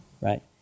Right